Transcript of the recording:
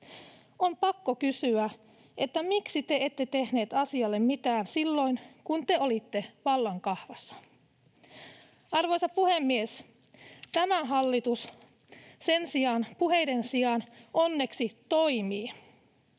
On pakko kysyä: miksi te ette tehneet asialle mitään silloin kun te olitte vallan kahvassa? Arvoisa puhemies! Tämä hallitus sen sijaan puheiden sijaan onneksi toimii.